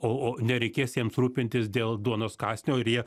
o o nereikės jiems rūpintis dėl duonos kąsnio ir jie